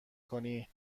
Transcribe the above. کنی